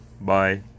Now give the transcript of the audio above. Bye